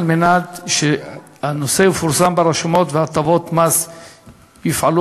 כדי שהנושא יפורסם ברשומות והטבות מס יופעלו